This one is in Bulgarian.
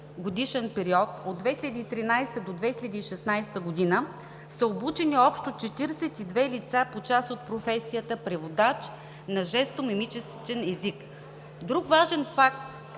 4-годишен период – от 2013 г. до 2016 г., са обучени общо 42 лица по част от професията „преводач на жестомимичен език“. Друг важен факт